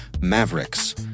Mavericks